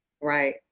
Right